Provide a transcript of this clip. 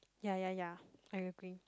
ya ya ya I agree